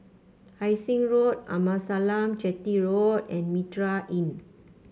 Hai Sing Road Amasalam Chetty Road and Mitraa Inn